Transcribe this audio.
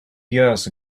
years